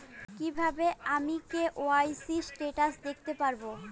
কিভাবে আমি KYC status দেখতে পারবো?